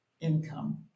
income